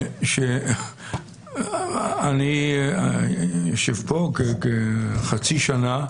שאני יושב פה כחצי שנה,